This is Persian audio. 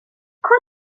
کدام